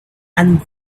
and